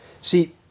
See